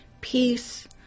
peace